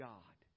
God